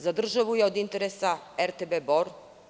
Za državu je od interesa RTB Bor.